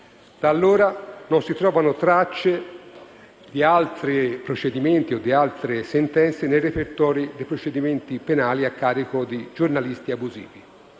Da allora non si trovano tracce di altri procedimenti o altre sentenze nei repertori dei procedimenti penali a carico di giornalisti abusivi.